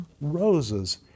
Roses